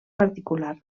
particular